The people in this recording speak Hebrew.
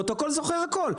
הפרוטוקול זוכר הכול.